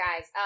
guys